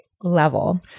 level